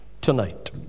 tonight